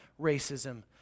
racism